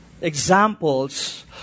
examples